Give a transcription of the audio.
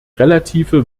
relative